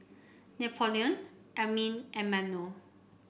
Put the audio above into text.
Napoleon Amin and Manuel